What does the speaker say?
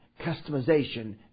customization